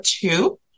two